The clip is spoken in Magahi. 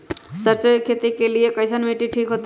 सरसों के खेती के लेल कईसन मिट्टी ठीक हो ताई?